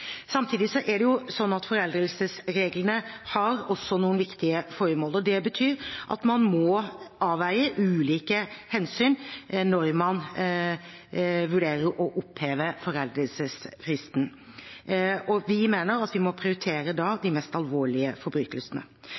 har foreldelsesreglene viktige formål, og det betyr at man må avveie ulike hensyn når man vurderer å oppheve foreldelsesfristen. Vi mener at vi må prioritere de mest alvorlige forbrytelsene.